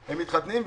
הם מתחתנים,